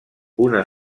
una